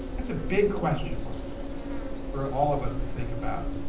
that's a big question mark for all of us to think about.